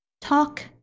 talk